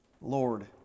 Lord